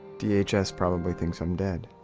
dhs probably thinks i'm dead.